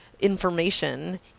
information